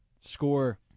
score